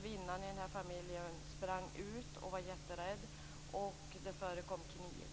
Kvinnan i familjen sprang ut och var jätterädd. Det förekom kniv.